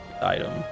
item